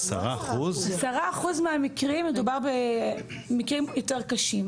10% מהמקרים מדובר במקרים יותר קשים.